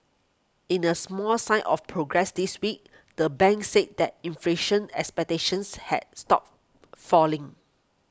in a small sign of progress this week the bank said that inflation expectations had stopped falling